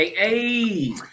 Hey